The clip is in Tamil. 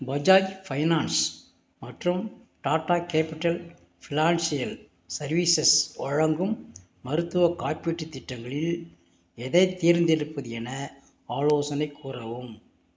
பஜாஜ் ஃபைனான்ஸ் மற்றும் டாடா கேபிட்டல் ஃபினான்ஷியல் சர்வீசஸ் வழங்கும் மருத்துவக் காப்பீட்டுத் திட்டங்களில் எதைத் தேர்ந்தெடுப்பது என ஆலோசனை கூறவும்